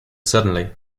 suddenly